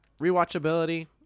rewatchability